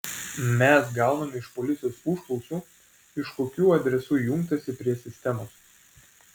mes gauname iš policijos užklausų iš kokių adresų jungtasi prie sistemos